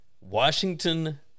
Washington